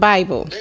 Bible